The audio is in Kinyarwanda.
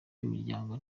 imiryango